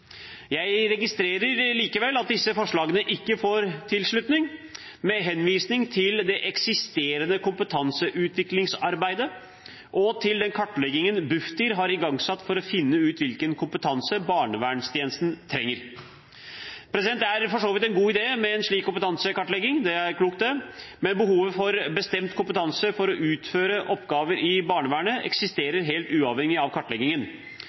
Jeg registrerer likevel at disse forslagene ikke får tilslutning, med henvisning til det eksisterende kompetanseutviklingsarbeidet og til den kartleggingen Bufdir har igangsatt for finne ut hvilken kompetanse barnevernstjenesten trenger. Det er for så vidt en god idé med en slik kompetansekartlegging – det er klokt – men behovet for bestemt kompetanse for å utføre oppgaver i barnevernet eksisterer helt uavhengig av kartleggingen.